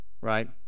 Right